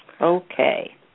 Okay